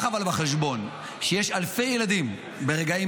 אבל קח בחשבון שיש אלפי ילדים ברגעים